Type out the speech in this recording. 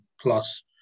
plus